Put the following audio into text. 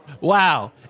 Wow